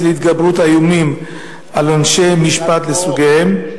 להתגברות האיומים על אנשי משפט לסוגיהם?